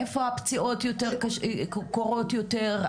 איפה הפציעות קורות יותר,